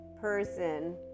person